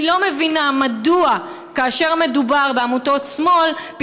אני לא מבינה מדוע כאשר מדובר בעמותות שמאל,